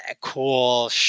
cool